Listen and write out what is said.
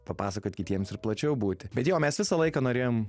papasakot kitiems ir plačiau būti bet jo mes visą laiką norėjom